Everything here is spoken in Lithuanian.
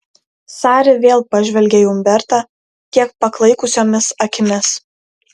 sari vėl pažvelgia į umbertą kiek paklaikusiomis akimis